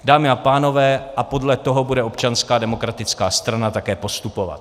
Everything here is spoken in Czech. Dámy a pánové, a podle toho bude Občanská demokratická strana také postupovat!